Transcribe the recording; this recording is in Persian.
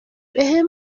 بهم